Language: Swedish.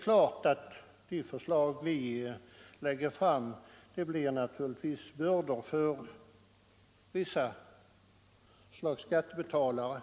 Vårt förslag lägger naturligtvis bördor på vissa slag av skattebetalare.